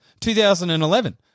2011